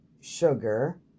sugar